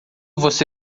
você